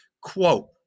Quote